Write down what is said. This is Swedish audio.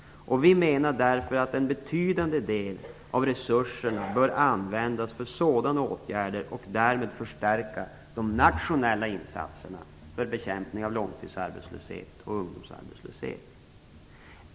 Vi menar därför att en betydande del av resurserna bör användas för sådana åtgärder och därmed förstärka de nationella insatserna för bekämpning av långtidsarbetslöshet och ungdomsarbetslöshet.